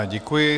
Děkuji.